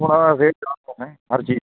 थोड़ा रेट तो है हर चीज़